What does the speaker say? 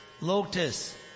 lotus